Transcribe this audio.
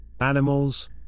Animals